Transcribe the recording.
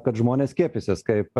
kad žmonės skiepysis kaip